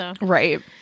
Right